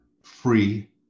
free